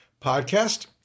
podcast